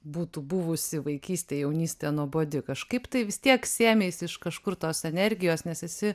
būtų buvusi vaikystė jaunystė nuobodi kažkaip tai vis tiek sėmeisi iš kažkur tos energijos nes esi